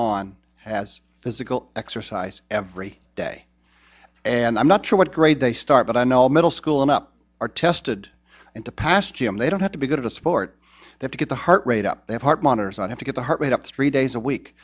on has physical exercise every day and i'm not what grade they start but i know middle school and up are tested and to pass gym they don't have to be good at a sport that to get the heart rate up their heart monitors i have to get the heart rate up three days a week